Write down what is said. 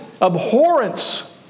abhorrence